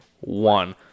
one